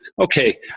okay